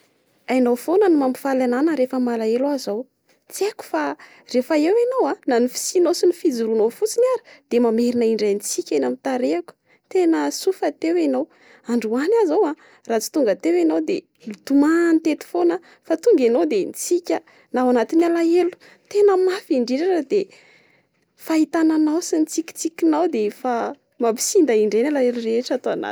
Hainao foana ny mampifaly anà na rehefa malahelo aza aho. Tsy haiko fa rehefa eo enao a, na ny fisianao sy ny fijoroanao fotsiny ary dia mamerina indray ny tsiky eny amin'ny tarehako. Tena soa fa teo enao. Androany aho zao a, raha tsy tonga teo enao de nitomany teto foana aho. Fa tonga enao de nitsiky aho, na ao anatin'ny alahelo tena mafy indrindra ary dia ny fahitana anao sy ny tsikitsikinao de efa mampisinda indray ny alahelo rehetra ato anatiko.